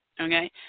Okay